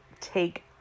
take